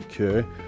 Okay